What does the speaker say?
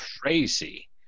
crazy